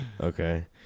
Okay